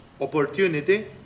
opportunity